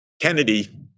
Kennedy